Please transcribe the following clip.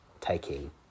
taking